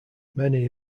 many